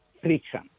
friction